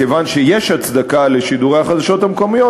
כיוון שיש הצדקה לשידורי החדשות המקומיות,